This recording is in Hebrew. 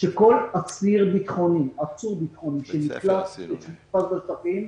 שכל עצור ביטחוני שנכלא בשטחים,